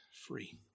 free